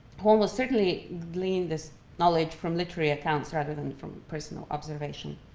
who almost certainly gleaned this knowledge from literary accounts rather than from personal observation,